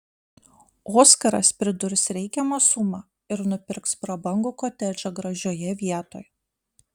oskaras pridurs reikiamą sumą ir nupirks prabangų kotedžą gražioje vietoj